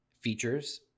features